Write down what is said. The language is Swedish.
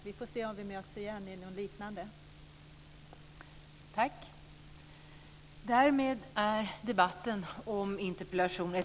Vi får se om vi möts igen i en liknande debatt.